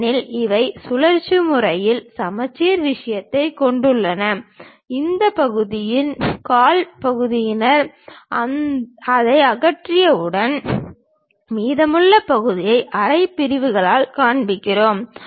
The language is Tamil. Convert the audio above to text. ஏனெனில் அவை சுழற்சி முறையில் சமச்சீர் விஷயத்தைக் கொண்டுள்ளன அந்த பகுதியின் கால் பகுதியினர் அதை அகற்றிவிட்டு மீதமுள்ள பகுதியை அரை பிரிவுகளால் காண்பிப்போம்